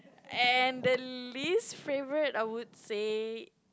and the least favourite I would say